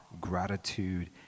gratitude